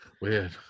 Weird